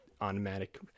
automatic